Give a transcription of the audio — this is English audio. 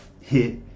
hit